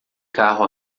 carro